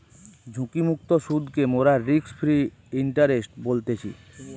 ঝুঁকিমুক্ত সুদকে মোরা রিস্ক ফ্রি ইন্টারেস্ট বলতেছি